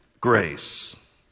grace